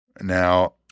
Now-